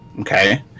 Okay